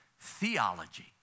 theology